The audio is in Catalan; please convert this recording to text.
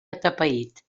atapeït